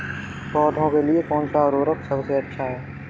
पौधों के लिए कौन सा उर्वरक सबसे अच्छा है?